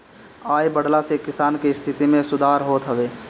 आय बढ़ला से किसान के स्थिति में सुधार होत हवे